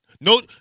No